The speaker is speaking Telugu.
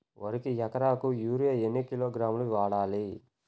వరికి ఎకరాకు యూరియా ఎన్ని కిలోగ్రాములు వాడాలి?